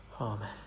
Amen